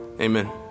Amen